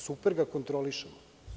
Super ga kontrolišemo.